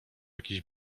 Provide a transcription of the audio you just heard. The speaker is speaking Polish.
jakiś